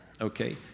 Okay